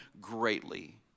greatly